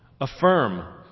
Affirm